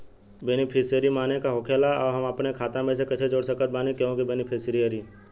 Beneficiary माने का होखेला और हम आपन खाता मे कैसे जोड़ सकत बानी केहु के बेनीफिसियरी?